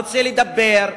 רוצה לדבר,